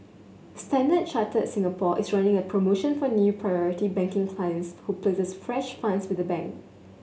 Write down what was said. Standard Chartered Singapore is running a promotion for new Priority Banking clients who places fresh funds with the bank